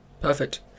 perfect